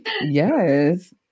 Yes